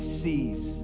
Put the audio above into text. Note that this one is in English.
sees